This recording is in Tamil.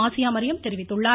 ஆசியா மரியம் தெரிவித்துள்ளார்